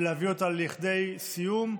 והביאה אותה לכדי סיום,